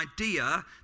idea